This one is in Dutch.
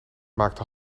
maakte